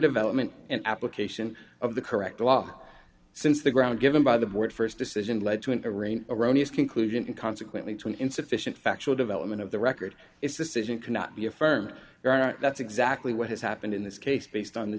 development and application of the correct law since the ground given by the board first decision led to an array erroneous conclusion and consequently to an insufficient factual development of the record its decision cannot be affirmed that's exactly what has happened in this case based on the